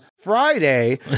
Friday